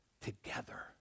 together